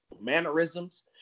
mannerisms